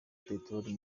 peteroli